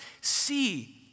see